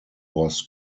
was